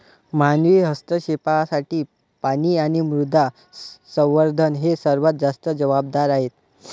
मानवी हस्तक्षेपासाठी पाणी आणि मृदा संवर्धन हे सर्वात जास्त जबाबदार आहेत